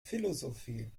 philosophie